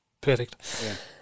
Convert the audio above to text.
Perfect